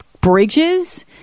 Bridges